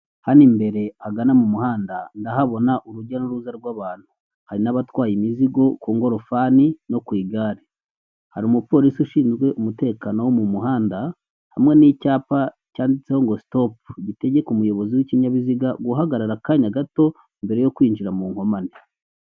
Hano imbere hagana mu muhanda ndahabona urujya n'uruza rw'abantu, hari n'abatwaye imizigo ku ngorofani no ku igare. Hari umupolisi ushinzwe umutekano wo mu muhanda hamwe n'icyapa cyanditseho ngo sitopo gitegeka umuyobozi w'ikinyabiziga guhagarara akanya gato mbere yo kwinjira mu nkomane.